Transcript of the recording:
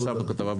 נמשיך בעוד